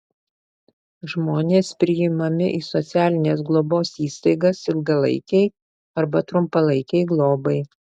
žmonės priimami į socialinės globos įstaigas ilgalaikei arba trumpalaikei globai